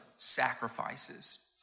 sacrifices